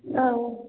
ಆಂ